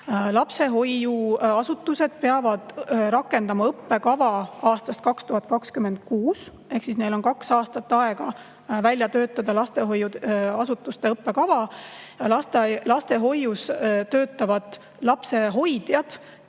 Lapsehoiuasutused peavad rakendama õppekava aastast 2026 ehk neil on kaks aastat aega välja töötada lastehoiuasutuste õppekava. Lastehoius töötavad lapsehoidjad,